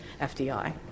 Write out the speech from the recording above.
FDI